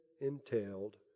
entailed